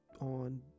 on